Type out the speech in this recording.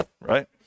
Right